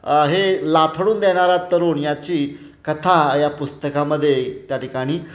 हे लाथाडून देणारा तरुण याची कथा या पुस्तकामध्ये त्या ठिकाणी